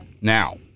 Now